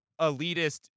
elitist